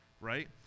right